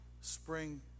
Spring